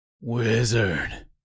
Wizard